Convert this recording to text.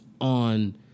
on